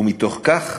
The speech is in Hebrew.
ומתוך כך